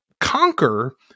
conquer